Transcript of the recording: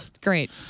great